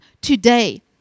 today